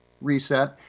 reset